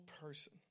person